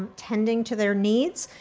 tending to their needs.